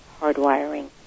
hardwiring